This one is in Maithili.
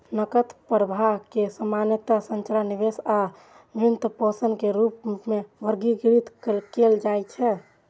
नकद प्रवाह कें सामान्यतः संचालन, निवेश आ वित्तपोषण के रूप मे वर्गीकृत कैल जाइ छै